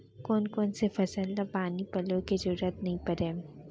कोन कोन से फसल ला पानी पलोय के जरूरत नई परय?